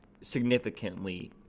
significantly